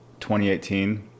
2018